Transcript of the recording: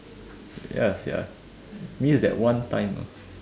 ya sia mean is that one time ah